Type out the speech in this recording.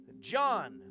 John